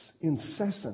incessant